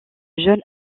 jeune